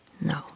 No